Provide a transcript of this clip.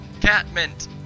Catmint